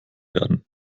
werden